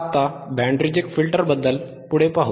आता band reject filter बद्दल पुढे पाहू